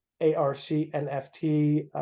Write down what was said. A-R-C-N-F-T